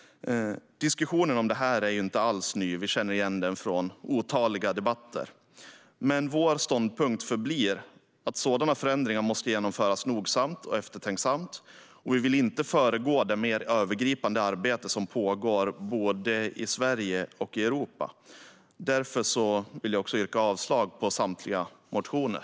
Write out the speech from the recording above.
Diskussionen om detta är inte alls ny, utan vi känner igen den från otaliga debatter. Men vår ståndpunkt förblir att sådana förändringar måste genomföras nogsamt och eftertänksamt, och vi vill inte föregå det mer övergripande arbete som pågår i Sverige och i Europa. Därför yrkar jag avslag på samtliga motioner.